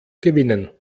gewinnen